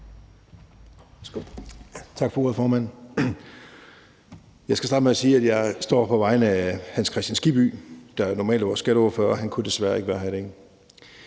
Tak for ordet, formand. Jeg skal starte med at sige, at jeg står her på vegne af Hans Kristian Skibby, der jo normalt er vores skatteordfører, og at han desværre ikke kunne være her i dag.